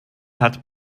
hat